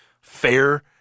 fair